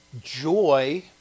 joy